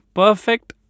perfect